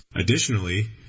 Additionally